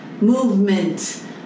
movement